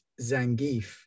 Zangief